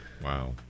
Wow